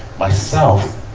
myself,